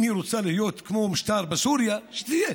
אם היא רוצה להיות כמו המשטר בסוריה, שתהיה,